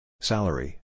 Salary